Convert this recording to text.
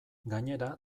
gainera